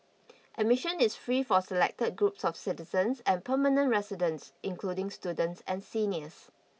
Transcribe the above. admission is free for selected groups of citizens and permanent residents including students and seniors